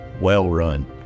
Well-run